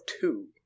two